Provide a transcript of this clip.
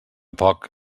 poc